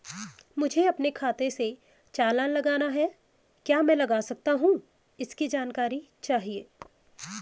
मुझे अपने खाते से चालान लगाना है क्या मैं लगा सकता हूँ इसकी जानकारी चाहिए?